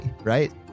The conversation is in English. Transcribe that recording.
right